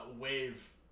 wave